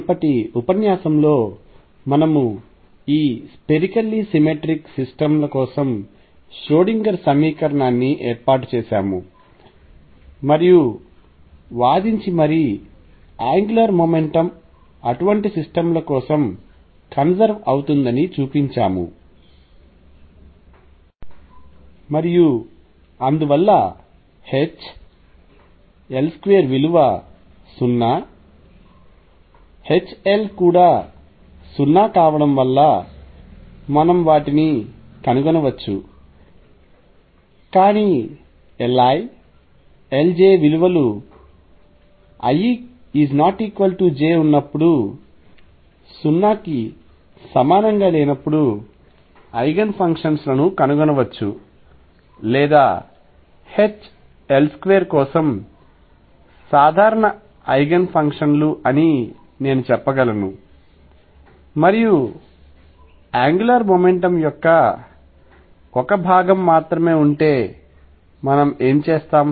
మునుపటి ఉపన్యాసంలో మనము ఈ స్పెరికల్లీ సిమెట్రిక్ సిస్టమ్ ల కోసం ష్రోడింగర్ సమీకరణాన్ని ఏర్పాటు చేశాము మరియు వాదించి మరీ యాంగ్యులార్ మొమెంటమ్ అటువంటి సిస్టమ్ ల కోసం కన్సర్వ్ అవుతుందని చూపించాము మరియు అందువల్ల H L2 విలువ 0 HL కూడా 0 కావడం వలన మనం వాటిని కనుగొనవచ్చు కానీ Li Lj విలువలు i ≠ j ఉన్నప్పుడు 0 కి సమానంగా లేనప్పుడు ఐగెన్ ఫంక్షన్ లను కనుగొనవచ్చు లేదా H L2 కోసం సాధారణ ఐగెన్ ఫంక్షన్ లు అని నేను చెప్పగలను మరియు యాంగ్యులార్ మొమెంటమ్ యొక్క ఒక భాగం మాత్రమే ఉంటే మనం ఏమి చేస్తాం